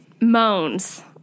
moans